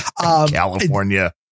California